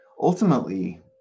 ultimately